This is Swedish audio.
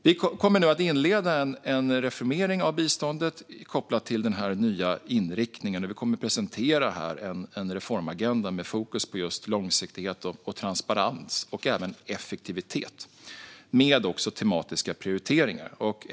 Vi kommer nu att inleda en reformering av biståndet kopplat till den nya inriktningen, och vi kommer att presentera en reformagenda med fokus på just långsiktighet, transparens och effektivitet, med tematiska prioriteringar.